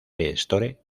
store